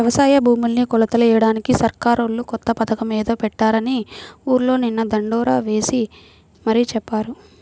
యవసాయ భూముల్ని కొలతలెయ్యడానికి సర్కారోళ్ళు కొత్త పథకమేదో పెట్టారని ఊర్లో నిన్న దండోరా యేసి మరీ చెప్పారు